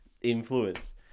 influence